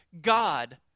God